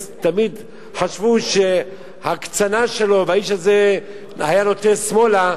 אז תמיד חשבו שההקצנה שלו ושהאיש הזה היה נוטה שמאלה.